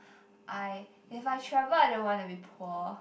I if I travel I don't want to be poor